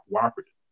cooperative